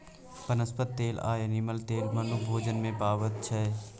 बनस्पति तेल आ एनिमल तेल मनुख भोजन मे पाबै छै